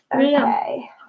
Okay